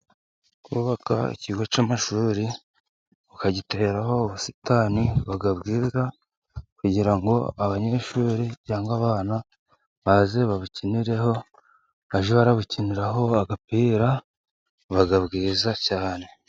Kubaka ikigo cy'amashuri ukagiteraho ubusitani. Buba bwiza kugira ngo abanyeshuri cyangwa abana baze babukinireho, bajye babukiniraho agapira, buba bwiza cyane.